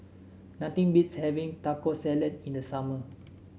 nothing beats having Taco Salad in the summer